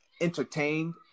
entertained